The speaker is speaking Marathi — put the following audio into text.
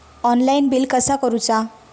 ऑनलाइन बिल कसा करुचा?